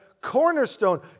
cornerstone